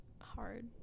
hard